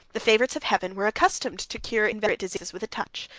the favorites of heaven were accustomed to cure inveterate diseases with a touch,